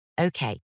Okay